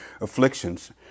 afflictions